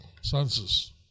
senses